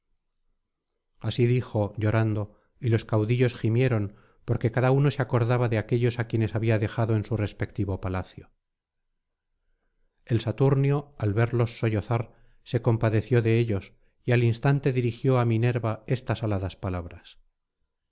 así dijo llorando y los caudillos gimieron porque cada uno se acordaba de aquellos á quienes había dejado en su respectivo palacio el saturnio al verlos sollozar se compadeció de ellos y al instante dirigió á minerva estas alads palabras